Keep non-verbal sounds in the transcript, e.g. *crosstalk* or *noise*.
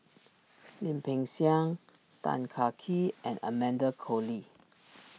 *noise* Lim Peng Siang Tan Kah Kee and Amanda Koe Lee